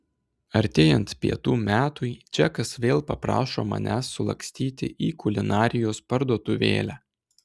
artėjant pietų metui džekas vėl paprašo manęs sulakstyti į kulinarijos parduotuvėlę